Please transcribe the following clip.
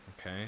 okay